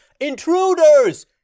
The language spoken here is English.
Intruders